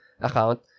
account